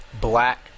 black